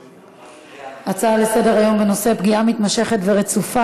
ההצעות לסדר-היום בנושא: פגיעה מתמשכת ורצופה